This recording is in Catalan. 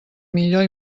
millor